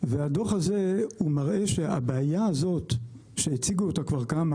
והדוח הזה הוא מראה שהבעיה הזאת שהציגו אותה כבר כמה